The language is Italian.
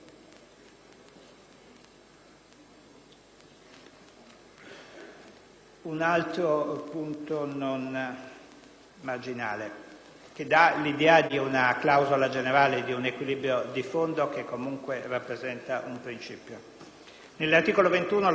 Un altro punto non marginale dà l'idea di una clausola generale, di un equilibrio di fondo che comunque rappresenta un principio. Nell'articolo 21 del testo d'iniziativa